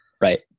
right